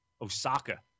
Osaka